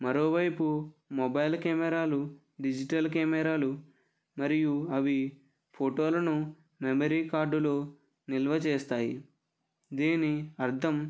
మరోవైపు మొబైల్ కెమెరాలు డిజిటల్ కెమెరాలు మరియు అవి ఫోటోలను మెమరీ కార్డులో నిల్వ చేస్తాయి దీని అర్థం